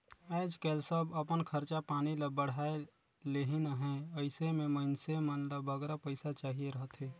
आएज काएल सब अपन खरचा पानी ल बढ़ाए लेहिन अहें अइसे में मइनसे मन ल बगरा पइसा चाहिए रहथे